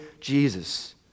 Jesus